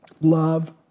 love